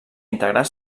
integrar